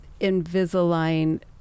Invisalign